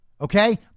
Okay